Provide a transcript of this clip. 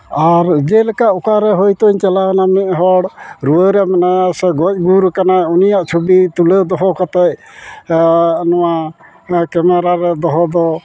ᱟᱨ ᱡᱮᱞᱮᱠᱟ ᱚᱠᱟ ᱨᱮ ᱦᱳᱭᱛᱳᱧ ᱪᱟᱞᱟᱣᱱᱟ ᱢᱤᱫ ᱦᱚᱲ ᱨᱩᱣᱟᱹ ᱨᱮ ᱢᱮᱱᱟᱭᱟ ᱥᱮ ᱜᱚᱡᱽ ᱜᱩᱨ ᱠᱟᱱᱟᱭ ᱩᱱᱤᱭᱟᱜ ᱪᱷᱚᱵᱤ ᱛᱩᱞᱟᱹᱣ ᱫᱚᱦᱚ ᱠᱟᱛᱮᱫ ᱱᱚᱣᱟ ᱠᱮᱢᱮᱨᱟ ᱨᱮ ᱫᱚᱦᱚ ᱫᱚ